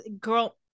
Girl